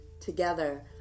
together